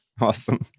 Awesome